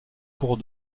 cours